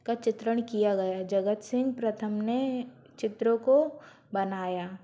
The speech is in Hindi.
का चित्रण किया गया जगत सिंह प्रथम ने चित्रों को बनाया